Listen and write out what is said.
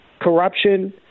corruption